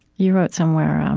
you wrote somewhere, um